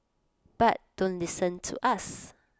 but don't listen to us